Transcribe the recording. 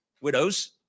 widows